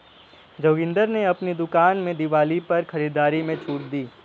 जोगिंदर ने अपनी दुकान में दिवाली पर खरीदारी में छूट दी